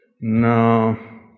No